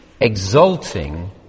exulting